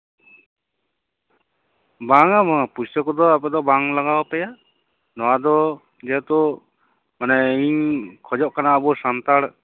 ᱵᱟᱝᱼᱟ ᱵᱟᱝᱼᱟ ᱯᱩᱭᱥᱟᱹ ᱠᱚᱫᱚ ᱟᱯᱮ ᱫᱚ ᱵᱟᱝ ᱞᱟᱜᱟᱣᱟᱯᱮᱭᱟ ᱱᱚᱣᱟ ᱫᱚ ᱡᱮᱦᱮᱛᱩ ᱢᱟᱱᱮ ᱤᱧ ᱠᱷᱚᱡᱚᱜ ᱠᱟᱱᱟ ᱟᱵᱚ ᱥᱟᱱᱛᱟᱲ